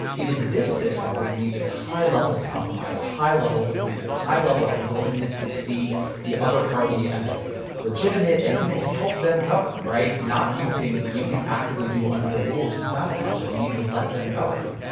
it is this system where you need this high level of compromise, high level of agreement, a high level of willingness to see the other party as legitimate and even help them govern, not do things that you can actively do under the rules to sabotage them. you need to let them govern.